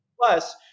Plus